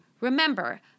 Remember